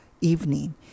evening